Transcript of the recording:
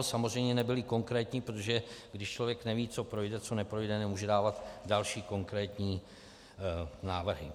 Samozřejmě nebyly konkrétní, protože když člověk neví, co projde a neprojde, nemůže dávat další konkrétní návrhy.